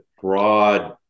broad